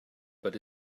but